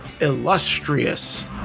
illustrious